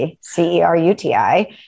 C-E-R-U-T-I